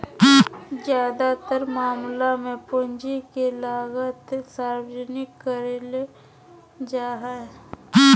ज्यादातर मामला मे पूंजी के लागत सार्वजनिक करले जा हाई